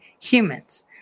humans